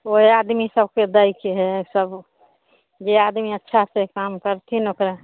वहए आदमी सबके दैके हए सब जे आदमी अच्छासँ काम करथिन ओकरा